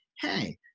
hey